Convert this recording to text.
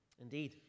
Indeed